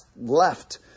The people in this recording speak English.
left